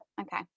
Okay